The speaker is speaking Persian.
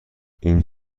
این